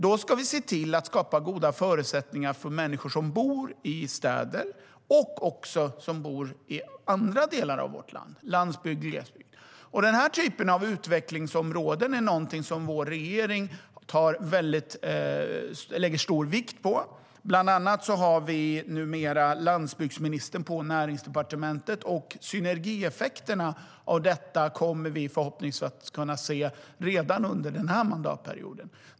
Då ska vi se till att skapa goda förutsättningar för människor som bor i städer och för människor som bor i andra delar av vårt land, i landsbygd och glesbygd. Den typ av utveckling som råder är någonting som vår regering lägger stor vikt vid. Bland annat har vi numera landsbygdsministern på Näringsdepartementet, och synergieffekterna av det kommer vi förhoppningsvis att kunna se redan under denna mandatperiod.